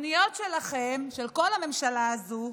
התוכניות שלכם, של כל הממשלה הזאת,